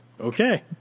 okay